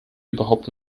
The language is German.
überhaupt